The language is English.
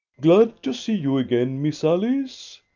glad to see you again, miss alice.